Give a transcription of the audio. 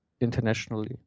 internationally